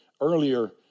earlier